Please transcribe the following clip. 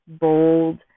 bold